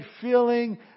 feeling